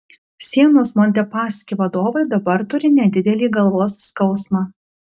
sienos montepaschi vadovai dabar turi nedidelį galvos skausmą